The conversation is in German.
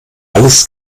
alles